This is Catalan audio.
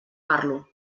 parlo